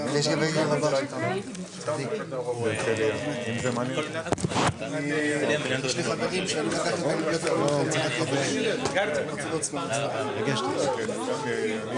13:37.